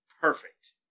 Perfect